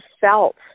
felt